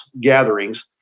gatherings